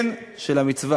כן, של המצווה.